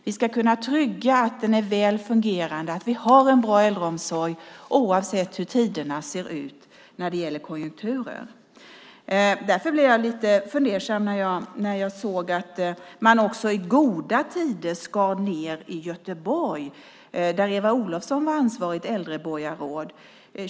Vi ska kunna trygga att den är väl fungerande, att vi har en bra äldreomsorg oavsett hur tiderna ser ut när det gäller konjunkturer. Därför blev jag lite fundersam när jag såg att man också i goda tider skar ned i Göteborg, där Eva Olofsson var ansvarigt äldreborgarråd.